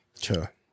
Sure